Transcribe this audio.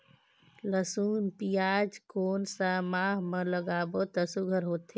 लसुन पियाज कोन सा माह म लागाबो त सुघ्घर होथे?